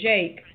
Jake